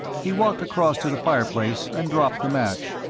he walked across to the fireplace and dropped the match,